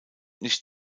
nicht